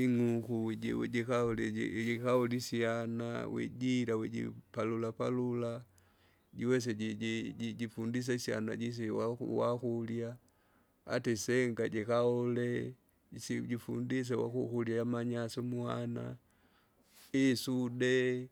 Ing'uku jiwu jikaole iji ijikaole isyana wijira wijipalula palula. Jiwese jiji jijifundise isyana jisi waku wakurya, ata isenga jikaole, jisi jifundise vakukurya aanyasi umwana, isude